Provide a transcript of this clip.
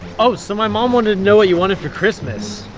oh, so my mom wanted to know what you wanted for christmas.